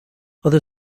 other